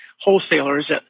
wholesalers